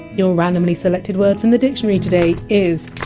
your randomly selected word from the dictionary today is!